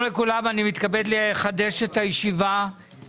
אני פותח את ישיבת ועדת הכספים הזמנית.